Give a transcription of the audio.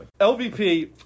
LVP